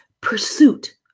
pursuit